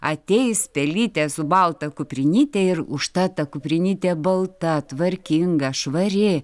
ateis pelytė su balta kuprinyte ir užtat ta kuprinytė balta tvarkinga švari